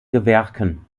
gewerken